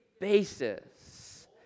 basis